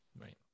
Right